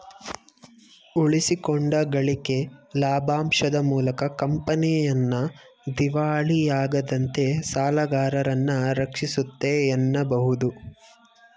ಉಳಿಸಿಕೊಂಡ ಗಳಿಕೆ ಲಾಭಾಂಶದ ಮೂಲಕ ಕಂಪನಿಯನ್ನ ದಿವಾಳಿಯಾಗದಂತೆ ಸಾಲಗಾರರನ್ನ ರಕ್ಷಿಸುತ್ತೆ ಎನ್ನಬಹುದು